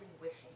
wishing